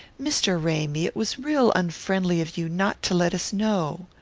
mr. ramy, it was real unfriendly of you not to let us know.